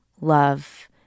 love